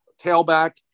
tailback